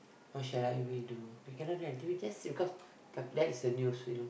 or shall I redo we cannot do anything that is a news you know